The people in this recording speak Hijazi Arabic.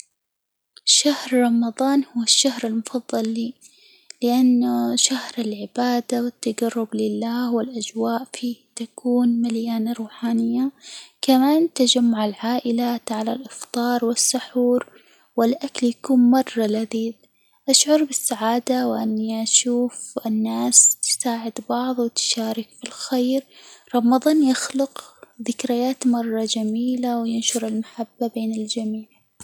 شهر رمضان هو الشهر المفضل لي لأنه شهر العبادة والتجرب لله، والأجواء فيه تكون مليانة روحانية، كمان تجمع العائلات على الإفطار والسحور، والأكل يكون مرة لذيذ، أشعر بالسعادة وإني أشوف الناس تساعد بعض، وتشارك في الخير، رمضان يخلق ذكريات مرة جميلة، وينشر المحبة بين الجميع.